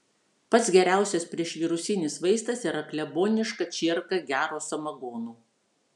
pats geriausias priešvirusinis vaistas yra kleboniška čierka gero samagono